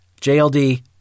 JLD